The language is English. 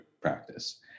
practice